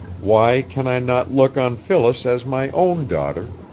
why can i not look on phyllis as my own daughter,